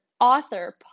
author